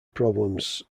problems